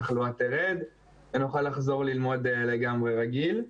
התחלואה תרד ונוכל לחזור ללמוד לגמרי רגיל.